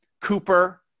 Cooper